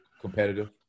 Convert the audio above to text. Competitive